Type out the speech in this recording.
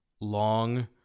long